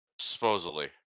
Supposedly